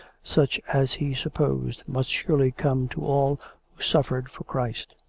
such as he supposed must surely come to all who suffered for christ.